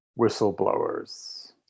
whistleblowers